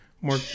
more